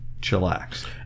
chillax